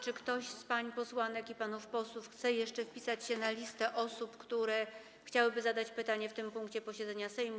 Czy ktoś z pań posłanek i panów posłów chce jeszcze wpisać się na listę osób, które chciałyby zadać pytanie w tym punkcie posiedzenia Sejmu?